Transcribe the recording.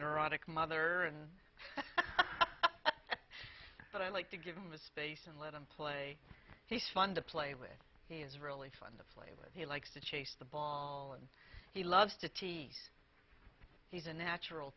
erotic mother and but i like to give him the space and let him play he's fun to play with he is really fun to play with he likes to chase the ball and he loves to tease he's a natural